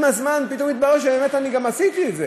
עם הזמן פתאום מתברר שאני באמת עשיתי את זה,